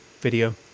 video